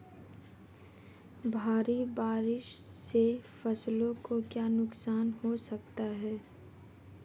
भारी बारिश से फसलों को क्या नुकसान हो सकता है?